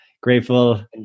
grateful